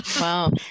Wow